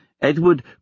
Edward